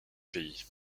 pays